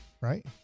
right